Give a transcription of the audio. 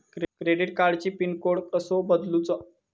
Credit कार्डची pin code कसो बदलुचा?